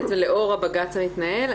בעצם לאור הבג"ץ המתנהל,